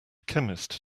chemist